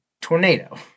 tornado